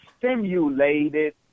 simulated